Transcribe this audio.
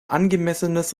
angemessenes